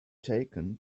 taken